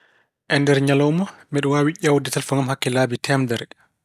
E nder ñalawma, mbeɗa waawi ƴeewde telefoŋ am hakke laabi teemedere.